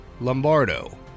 Lombardo